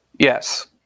Yes